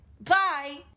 Bye